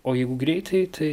o jeigu greitai tai